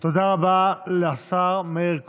תודה רבה לשר מאיר כהן.